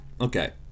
okay